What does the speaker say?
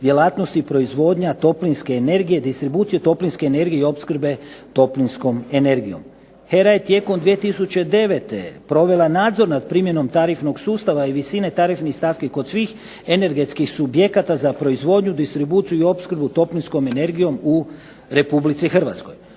djelatnosti proizvodnja toplinske energije, distribuciju toplinske energije i opskrbe toplinskom energijom. HERA je tijekom 2009. provela nadzor nad primjenom tarifnog sustava i visine tarifnih stavki kod svih energetskih subjekata za proizvodnju, distribuciju i opskrbu toplinskom energijom u Republici Hrvatskoj.